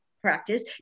practice